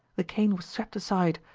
the cane was swept aside,